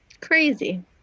crazy